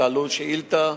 תעלו שאילתא.